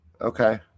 Okay